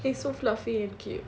they so fluffy and cute